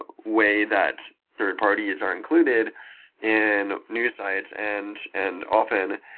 but way that third parties are included in news site. and and often,